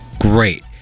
Great